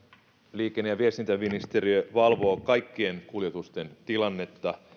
liikenne ja viestintäministeriö valvoo kaikkien kuljetusten tilannetta